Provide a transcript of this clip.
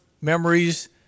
memories